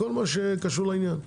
כל מי שקשור לעניין.